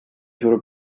suur